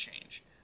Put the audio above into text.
change